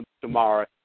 tomorrow